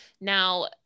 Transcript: Now